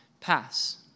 pass